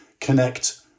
connect